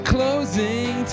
Closing